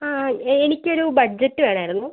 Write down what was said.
ആ എനിക്കൊരു ബഡ്ജറ്റ് വേണമായിരുന്നു